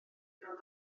ddigon